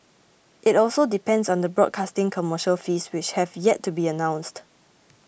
it also depends on the broadcasting commercial fees which have yet to be announced